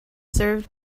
served